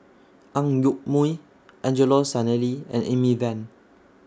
Ang Yoke Mooi Angelo Sanelli and Amy Van